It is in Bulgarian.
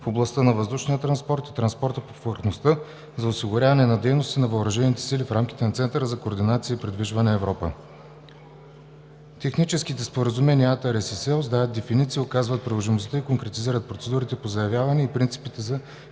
в областта на въздушния транспорт и транспорта по повърхността за осигуряване на дейности на въоръжените сили в рамките на Център за координация на придвижването „Европа“ (МССЕ). Техническите споразумения ATARES и SEOS дават дефиниции, указват приложимостта и конкретизират процедурите по заявяване и принципите за